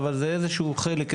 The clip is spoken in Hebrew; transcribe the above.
אבל זה איזשהו חלק,